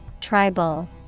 Tribal